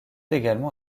également